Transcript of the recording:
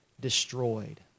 destroyed